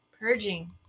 purging